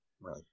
Right